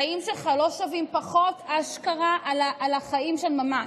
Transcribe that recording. החיים שלך לא שווים פחות, אשכרה, חיים של ממש.